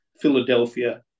Philadelphia